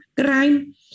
crime